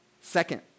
Second